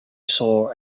saw